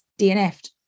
DNF'd